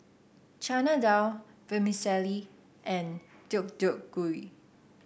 Chana Dal Vermicelli and Deodeok Gui